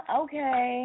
okay